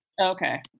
Okay